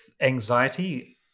anxiety